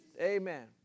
Amen